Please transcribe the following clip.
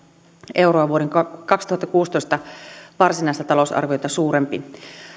euroa vuoden kaksituhattakuusitoista varsinaista talousarviota suurempi